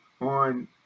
on